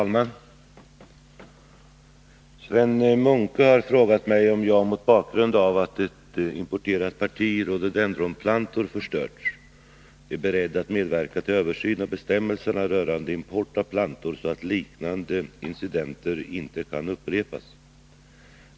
Fru talman! Sven Munke har frågat mig om jag — mot bakgrund av att ett importerat parti rhododendronplantor förstörts — är beredd att medverka till översyn av bestämmelserna rörande import av plantor, så att liknande incidenter inte upprepas.